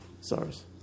SARS